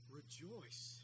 rejoice